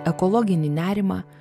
ekologinį nerimą